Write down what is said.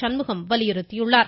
சண்முகம் வலியுறுத்தியுள்ளார்